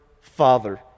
father